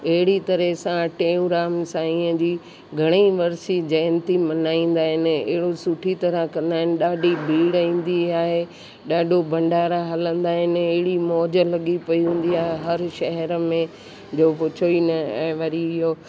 अहिड़ी तरह सां टेऊंराम साईंअ बि घणेई वर्सी जयंती मल्हाईंदा आहिनि अहिड़ो सुठी तरह कंदा आहिनि ॾाढी भीड़ ईंदी आहे ॾाढो भंडारा हलंदा आहिनि अहिड़ी मौज लॻी पई हुंदी आहे हर शहर में जो पुछो ई न ऐं वरी इहो